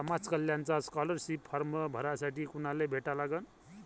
समाज कल्याणचा scholarship form भरासाठी कुनाले भेटा लागन?